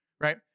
Right